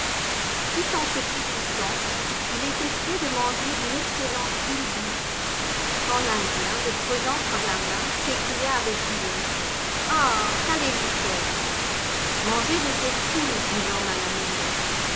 tout en se courrouçant il était prêt de manger d'une excellente poule bouillie quand l'indien le prenant par la main s'écria avec douleur ah qu'allez-vous faire manger de cette poule dit l'homme à la momie